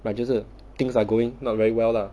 like 就是 things are going not very well lah